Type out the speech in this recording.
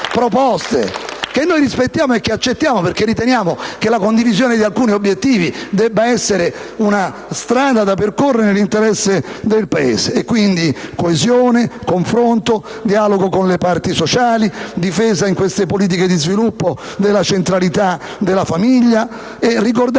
che noi rispettiamo e accettiamo perché riteniamo che la condivisione di alcuni obiettivi debba essere una strada da percorrere nell'interesse del Paese. Quindi, occorrono coesione, confronto, dialogo con le parti sociali, difesa in queste politiche di sviluppo della centralità della famiglia, e ricordare